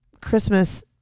Christmas